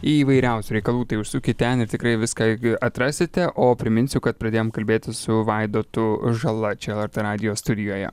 įvairiausių reikalų tai užsukit ten ir tikrai viską atrasite o priminsiu kad pradėjom kalbėtis su vaidotu žala čia lrt radijo studijoje